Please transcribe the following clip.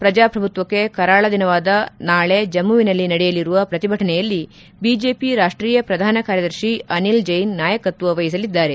ಪ್ರಜಾಪ್ರಭುತ್ವಕ್ಷೆ ಕರಾಳ ದಿನವಾದ ನಾಳೆ ಜಮ್ಮುವಿನಲ್ಲಿ ನಡೆಯಲಿರುವ ಶ್ರತಿಭಟನೆಯಲ್ಲಿ ಬಿಜೆಪಿ ರಾಷ್ಷೀಯ ಪ್ರಧಾನ ಕಾರ್ಯದರ್ಶಿ ಅನಿಲ್ ಜೈನ್ ನಾಯಕತ್ವ ವಹಿಸಲಿದ್ದಾರೆ